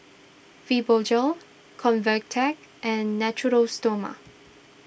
Fibogel Convatec and Natura Stoma